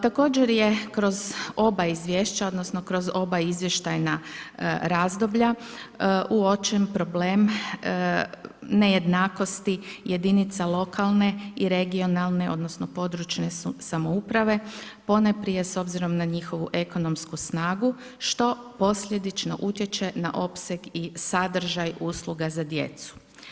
Također je kroz oba izvješća, odnosno kroz oba izvještajna razdoblja uočen problem nejednakosti jedinica lokalne i regionalne, odnosno područne samouprave, ponajprije s obzirom na njihovu ekonomsku snagu, što posljedično utječe na opseg i sadržaj usluga za djecu.